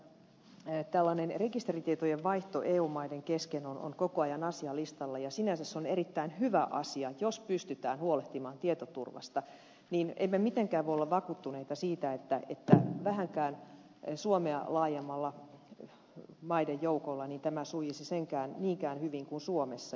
kun tiedämme että tällainen rekisteritietojen vaihto eu maiden kesken on koko ajan asialistalla ja sinänsä se on erittäin hyvä asia jos pystytään huolehtimaan tietoturvasta niin emme mitenkään voi olla vakuuttuneita siitä että vähänkään suomea laajemmalla maiden joukolla tämä sujuisi niinkään hyvin kuin suomessa